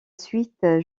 suite